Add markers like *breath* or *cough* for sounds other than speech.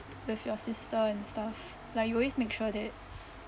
with your sister and stuff like you always make sure that *breath*